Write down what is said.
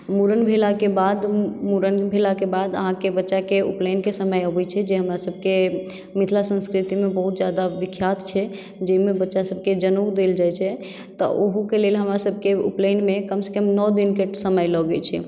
मूड़न भेलाके बाद मूड़न भेलाके बाद अहाँकेँ बच्चाके उपनयनके समय अबैत छै जे हमरा सभके मिथिला संस्कृतिमे बहुत ज्यादा विख्यात छै जाहिमे बच्चा सभकेँ जनेउ देल जाइत छै तऽ ओहूके लेल हमरा सभके उपनयनमे कमसँ कम नओ दिनके समय लगैत छै